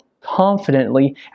confidently